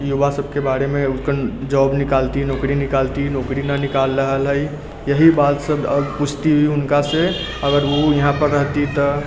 कि युवासबके बारेमे जॉब निकालती नौकरी निकालती नौकरी नहि निकालि रहल हइ इएह बातसब पुछती हुनकासँ अगर ओ यहाँपर रहती तऽ